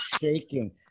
shaking